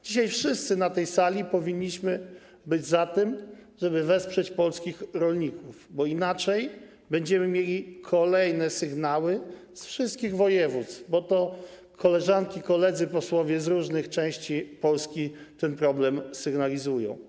Dzisiaj wszyscy na tej sali powinniśmy być za tym, żeby wesprzeć polskich rolników, bo inaczej będziemy mieli kolejne sygnały z wszystkich województw, ponieważ to koleżanki i koledzy posłowie z różnych części Polski ten problem sygnalizują.